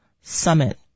summit